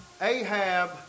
Ahab